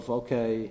okay